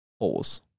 Holes